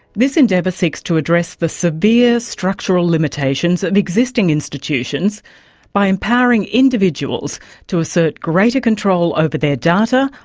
this endeavour seeks to address the severe structural limitations of existing institutions by empowering individuals to assert greater control over their data,